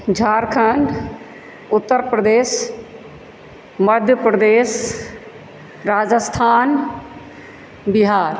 Jharkhand Uttar Pradesh Madhya Pradesh Rajasthan Bihar